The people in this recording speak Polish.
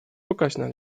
pokaźna